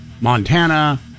Montana